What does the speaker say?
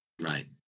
Right